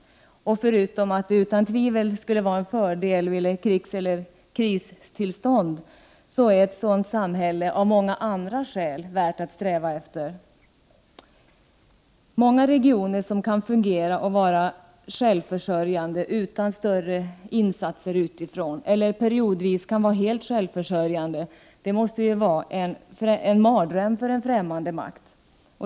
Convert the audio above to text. Förutom att det, utan tvivel, är en fördel vid kriseller krigstill stånd är ett sådant samhälle av många andra skäl värt att sträva efter. Prot. 1988/89:42 Många regioner som kan fungera och vara självförsörjande utan större 9 december 1988 insatser utifrån, eller periodvis vara helt självförsörjande, måste vara en mardröm för en fftämmande makt.